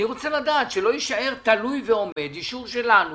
אני רוצה לדעת שלא יישאר תלוי ועומד אישור שלנו